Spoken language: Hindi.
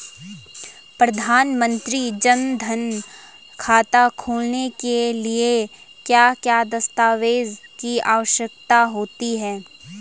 प्रधानमंत्री जन धन खाता खोलने के लिए क्या क्या दस्तावेज़ की आवश्यकता होती है?